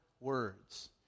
words